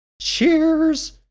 cheers